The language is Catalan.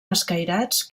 escairats